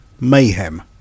Mayhem